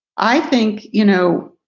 i think, you know,